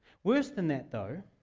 worse than that though,